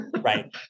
Right